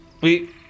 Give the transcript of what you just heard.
We-